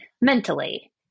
mentally